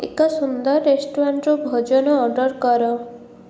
ଏକ ସୁନ୍ଦର ରେଷ୍ଟୁରାଣ୍ଟ୍ରୁ ଭୋଜନ ଅର୍ଡ଼ର୍ କର